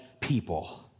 people